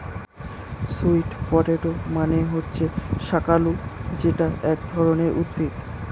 sweet potato মানে হচ্ছে শাকালু যেটা এক ধরনের উদ্ভিদ